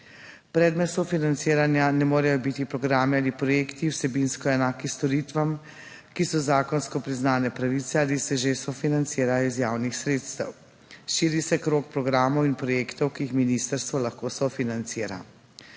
Predmet sofinanciranja ne morejo biti programi ali projekti, vsebinsko enaki storitvam, ki so zakonsko priznane pravice ali se že sofinancirajo iz javnih sredstev. Širi se krog programov in projektov, ki jih ministrstvo lahko sofinancira.